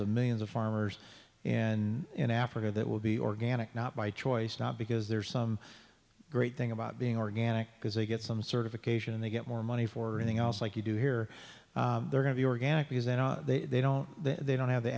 of millions of farmers and in africa that will be organic not by choice not because there's some great thing about being organic because they get some certification and they get more money for anything else like you do here they're going to be organic because they don't they don't have the